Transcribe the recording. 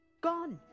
GONE